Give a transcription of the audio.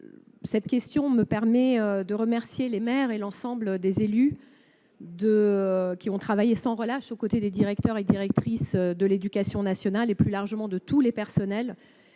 cet égard, je tiens à remercier les maires et l'ensemble des élus, qui ont travaillé sans relâche aux côtés des directeurs et directrices de l'éducation nationale et, plus largement, de tous les personnels.